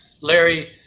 Larry